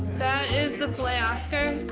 that is the filet oscar.